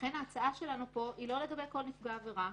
לכן ההצעה שלנו פה היא לא לגבי כל נפגעי העבירה.